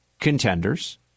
contenders